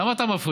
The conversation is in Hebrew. למה אתה מפריע?